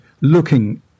looking